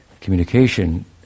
communication